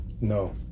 No